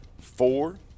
Four